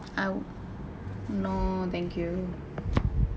I'll no thank you